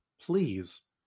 please